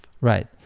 Right